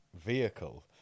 vehicle